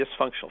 dysfunctional